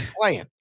playing